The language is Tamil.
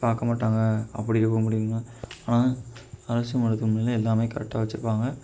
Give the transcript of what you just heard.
பார்க்க மாட்டாங்க அப்படி இருக்கும் இப்படிங்கும் ஆனால் அரசு மருத்துவமனையில் எல்லாமே கரெக்டாக வச்சுருப்பாங்க